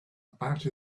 about